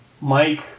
Mike –